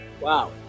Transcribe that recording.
Wow